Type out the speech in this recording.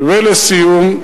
ולסיום.